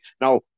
Now